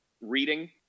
reading